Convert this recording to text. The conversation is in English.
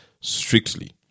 strictly